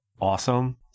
awesome